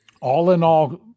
all-in-all